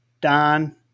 Don